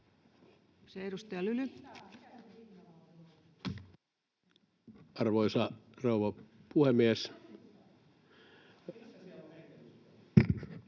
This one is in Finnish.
Arvoisa rouva puhemies!